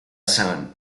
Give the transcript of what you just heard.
san